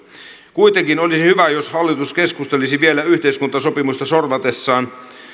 kuitenkin olisi hyvä jos hallitus keskustelisi vielä yhteiskuntasopimusta sorvatessaan